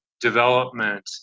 development